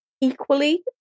equally